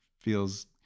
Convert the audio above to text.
feels